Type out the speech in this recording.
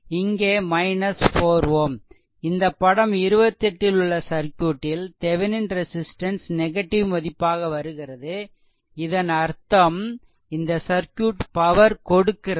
இங்கே 4 Ω இந்த படம் 28 ல் உள்ள சர்க்யூட்டில் தெவெனின் ரெசிஸ்ட்டன்ஸ் நெகடிவ் மதிப்பாக வருகிறது இதன் அர்த்தம் இந்த சர்க்யூட் பவர் கொடுக்கிறது